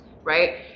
right